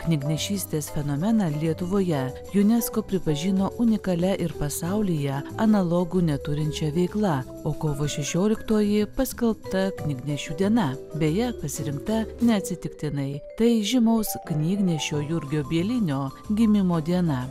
knygnešystės fenomeną lietuvoje unesco pripažino unikalia ir pasaulyje analogų neturinčia veikla o kovo šešioliktoji paskelbta knygnešių diena beje pasirinkta neatsitiktinai tai žymaus knygnešio jurgio bielinio gimimo diena